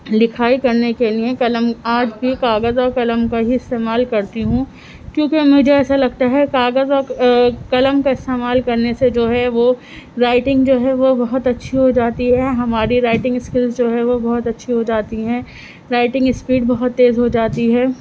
لکھائی کرنے کے لیے قلم آرٹ کی کاغذ اور قلم کا ہی استعمال کرتی ہوں کیونکہ مجھے ایسا لگتا ہے کاغذ اور قلم کا استعمال کرنے سے جو ہے وہ رائٹنگ جو ہے وہ بہت اچھی ہو جاتی ہے ہماری رائٹنگ اسکلس جو ہے وہ بہت اچھی ہو جاتی ہیں رائٹنگ اسپیڈ بہت تیز ہو جاتی ہے